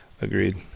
Agreed